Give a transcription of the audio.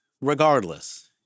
regardless